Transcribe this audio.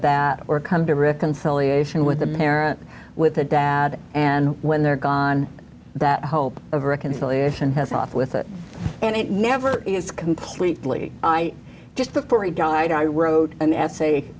that or come to reconciliation with a parent with a dad and when they're gone that hope of reconciliation has off with it and it never is completely i just before he died i wrote an